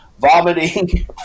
vomiting –